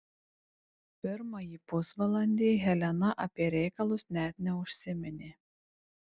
pirmąjį pusvalandį helena apie reikalus net neužsiminė